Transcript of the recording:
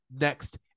next